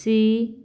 C